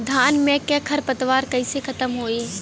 धान में क खर पतवार कईसे खत्म होई?